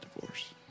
divorce